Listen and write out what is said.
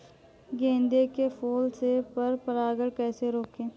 गेंदे के फूल से पर परागण कैसे रोकें?